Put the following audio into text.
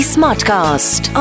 Smartcast